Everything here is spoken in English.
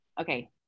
okay